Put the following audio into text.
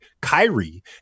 Kyrie